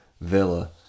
Villa